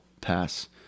pass